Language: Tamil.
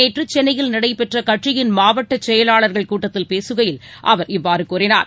நேற்று சென்னையில் நடைபெற்ற கட்சியின் மாவட்டச் செயலாளர்கள் கூட்டத்தில் பேசுகையில் அவர் இவ்வாறு கூறினார்